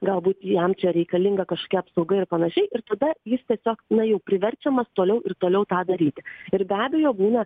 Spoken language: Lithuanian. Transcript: galbūt jam čia reikalinga kažkokia apsauga ir panašiai ir tada jis tiesiog na jau priverčiamas toliau ir toliau tą daryti ir be abejo būna